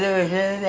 think